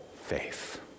faith